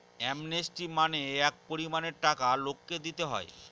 amnesty মানে এক পরিমানের টাকা লোককে দিতে হয়